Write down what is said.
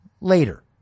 later